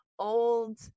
old